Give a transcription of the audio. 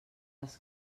les